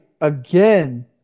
again